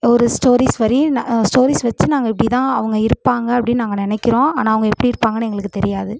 ஒரு ஸ்டோரீஸ் வரி நான் ஸ்டோரீஸ் வச்சி நாங்கள் இப்படி தான் அவங்க இருப்பாங்க அப்படின்னு நாங்க நினைக்கிறோம் ஆனால் அவங்க எப்படி இருப்பாங்கன்னு எங்களுக்கு தெரியாது